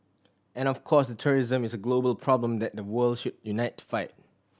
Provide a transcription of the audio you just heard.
and of course terrorism is a global problem that the world should unite fight